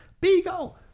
beagle